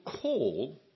call